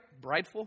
brideful